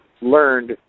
learned